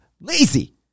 Lazy